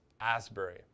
Asbury